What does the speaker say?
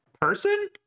person